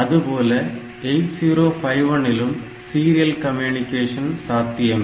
அதுபோல 8051 இலும் serial communication சாத்தியமே